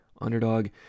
underdog